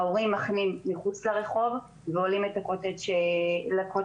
ההורים מחנים מחוץ לרחוב ועולים למעון ברגל.